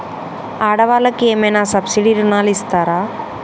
ఆడ వాళ్ళకు ఏమైనా సబ్సిడీ రుణాలు ఇస్తారా?